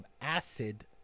acid